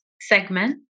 segment